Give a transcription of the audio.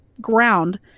ground